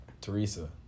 Teresa